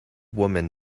woman